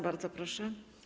Bardzo proszę.